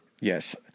Yes